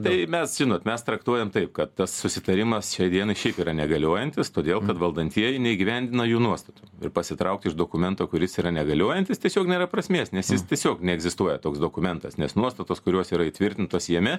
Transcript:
tai mes žinot mes traktuojam taip kad tas susitarimas šiai dienai šiaip yra negaliojantis todėl kad valdantieji neįgyvendina jų nuostatų ir pasitraukti iš dokumento kuris yra negaliojantis tiesiog nėra prasmės nes jis tiesiog neegzistuoja toks dokumentas nes nuostatos kurios yra įtvirtintos jame